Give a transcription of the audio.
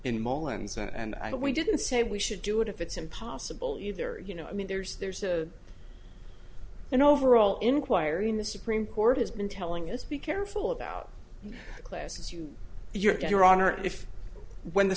don't we didn't say we should do it if it's impossible either you know i mean there's there's a an overall inquiry in the supreme court has been telling us be careful about classes you your in your honor if when the